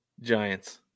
Giants